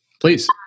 please